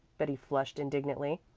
betty flushed indignantly.